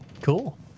cool